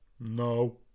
No